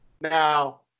Now